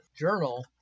journal